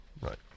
Right